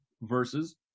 verses